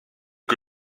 que